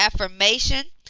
affirmation